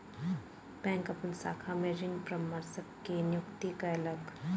bank अपन शाखा में ऋण परामर्शक के नियुक्ति कयलक